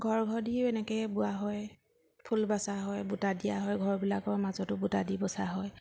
ঘৰ ঘৰ দিও এনেকে বোৱা হয় ফুল বচা হয় বুটা দিয়া হয় ঘৰবিলাকৰ মাজতো বুটা দি বচা হয়